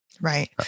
Right